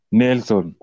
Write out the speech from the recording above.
nelson